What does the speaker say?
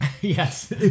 Yes